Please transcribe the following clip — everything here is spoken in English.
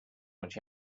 much